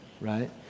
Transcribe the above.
right